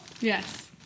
Yes